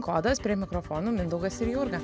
kodas prie mikrofonų mindaugas ir jurga